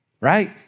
Right